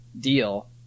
deal